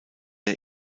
der